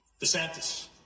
DeSantis